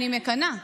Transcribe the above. אני מקנאה.